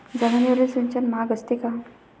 जमिनीवरील सिंचन महाग असते का?